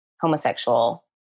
homosexual